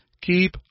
keep